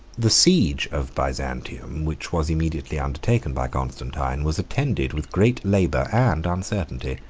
the siege of byzantium, which was immediately undertaken by constantine, was attended with great labor and uncertainty.